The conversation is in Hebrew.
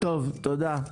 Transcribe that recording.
טוב, תודה.